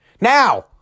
Now